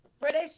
British